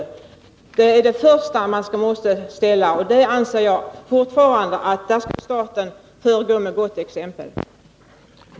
Det kravet är det första man måste ställa, och jag anser fortfarande att svenska staten bör föregå med gott exempel där.